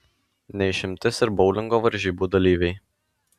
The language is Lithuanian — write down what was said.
ne išimtis ir boulingo varžybų dalyviai